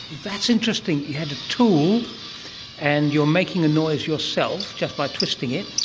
that's interesting, you had a tool and you're making a noise yourself, just by twisting it,